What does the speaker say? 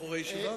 לחלל שבת.